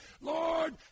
Lord